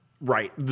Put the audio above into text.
Right